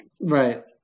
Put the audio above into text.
Right